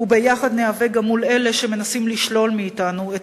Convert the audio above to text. וביחד ניאבק גם מול אלה שמנסים לשלול מאתנו את